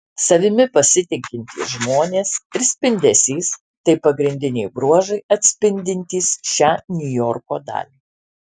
savimi pasitikintys žmonės ir spindesys tai pagrindiniai bruožai atspindintys šią niujorko dalį